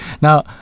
Now